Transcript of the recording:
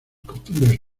costumbres